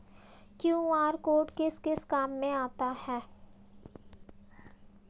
QR code किस किस काम में लिया जाता है?